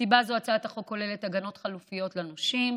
מסיבה זו הצעת החוק כוללת הגנות חלופיות לנושים,